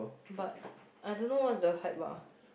but I don't know what's the hype lah